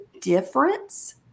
difference